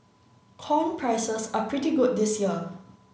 corn prices are pretty good this year